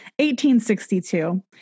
1862